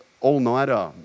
all-nighter